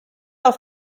auf